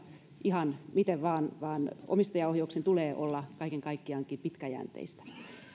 ihan miten vain vaan omistajaohjauksen tulee olla kaiken kaikkiaankin pitkäjänteistä